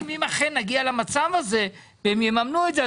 אם אכן נגיע למצב הזה והם יממנו את זה,